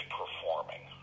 performing